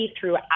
throughout